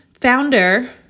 founder